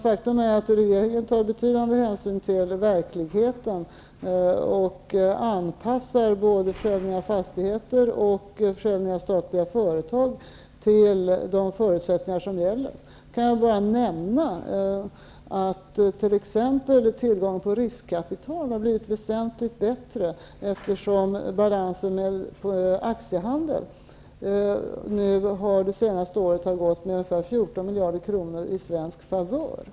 Faktum är att regeringen tar betydande hänsyn till verkligheten och anpassar både försäljning av fastigheter och försäljning av statliga företag till de förutsättningar som gäller. Jag kan ju bara nämna att t.ex. tillgången på riskkapital har blivit väsentligt bättre, eftersom balansen när det gäller aktiehandeln under det senaste året har gått med ungefär 14 miljarder kronor i svensk favör.